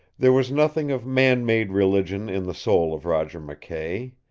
there was nothing of man-made religion in the soul of roger mckay.